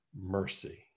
mercy